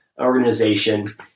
organization